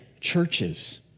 churches